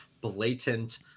blatant –